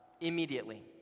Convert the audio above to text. immediately